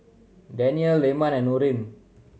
Danial Leman and Nurin